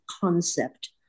concept